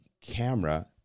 camera